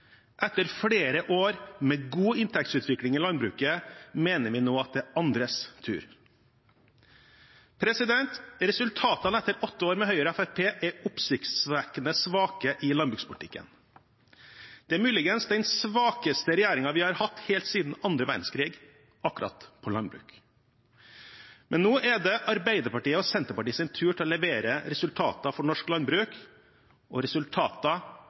flere år med god inntektsutvikling i landbruket, mener vi det nå er andres tur.» Resultatene etter åtte år med Høyre og Fremskrittspartiet er oppsiktsvekkende svake i landbrukspolitikken. Det er muligens den svakeste regjeringen vi har hatt helt siden annen verdenskrig, akkurat på landbruk. Men nå er det Arbeiderpartiet og Senterpartiets tur til å levere resultater for norsk landbruk, og resultater